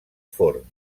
forn